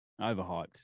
overhyped